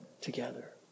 together